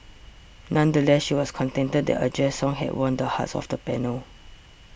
nonetheless she was contented that a Jazz song had won the hearts of the panel